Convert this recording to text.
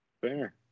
Fair